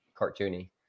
cartoony